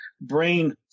brain